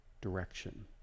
direction